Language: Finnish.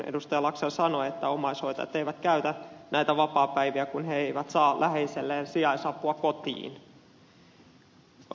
laxell sanoi että omaishoitajat eivät käytä näitä vapaapäiviä kun he eivät saa läheiselleen sijaisapua kotiin